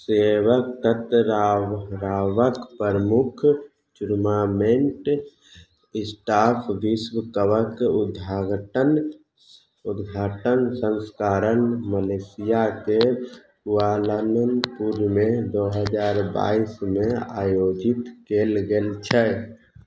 सेवक तकरावक प्रमुख टूर्नामेन्ट ई स्टाफ विश्व कपक उद्घाटन सँस्करण मलेशियाके कुआलालम्पुरमे दू हजार बाइस मे आयोजित कयल गेल छै